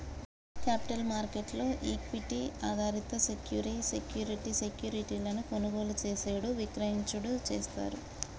capital market లో equity ఆధారిత security security సెక్యూరిటీలను కొనుగోలు చేసేడు విక్రయించుడు చేస్తారు